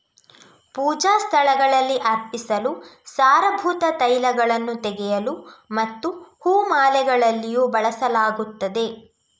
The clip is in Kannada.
ಪೂಜಾ ಸ್ಥಳಗಳಲ್ಲಿ ಅರ್ಪಿಸಲು, ಸಾರಭೂತ ತೈಲಗಳನ್ನು ತೆಗೆಯಲು ಮತ್ತು ಹೂ ಮಾಲೆಗಳಲ್ಲಿಯೂ ಬಳಸಲಾಗುತ್ತದೆ